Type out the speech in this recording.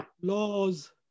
Laws